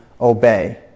obey